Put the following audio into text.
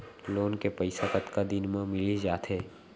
Loan के पइसा कतका दिन मा मिलिस जाथे?